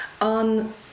on